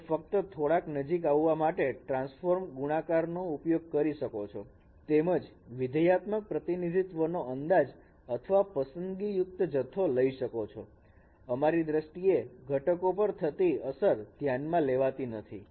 તમે ફક્ત થોડા નજીક આવવા માટે ટ્રાન્સફોર્મ ગુણાંક નો ઉપયોગ કરી શકો છો તેમજ વિધ્યાત્મક પ્રતિનિધિત્વનો અંદાજ અથવા પસંદગી યુક્ત જથ્થો લઈ શકો છો અમારી દ્રષ્ટિએ ઘટકો પર થતી અસર ધ્યાન માં લેવાતી નથી